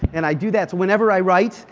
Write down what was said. and i do that. so whenever i write,